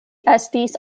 estis